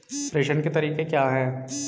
प्रेषण के तरीके क्या हैं?